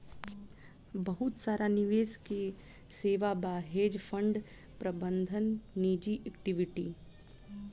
बहुत सारा निवेश के सेवा बा, हेज फंड प्रबंधन निजी इक्विटी